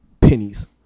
pennies